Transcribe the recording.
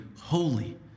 holy